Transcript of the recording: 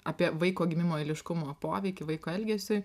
apie vaiko gimimo eiliškumo poveikį vaiko elgesiui